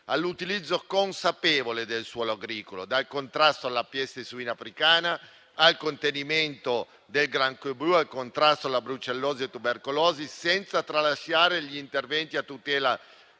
all'utilizzo consapevole del suolo agricolo, dal contrasto alla peste suina africana (PSA) al contenimento del granchio blu e al contrasto alla brucellosi e tubercolosi, senza tralasciare gli interventi a tutela